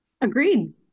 Agreed